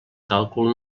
càlcul